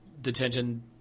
detention